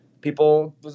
people